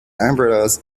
umbrellas